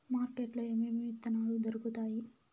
market లో ఏమేమి విత్తనాలు దొరుకుతాయి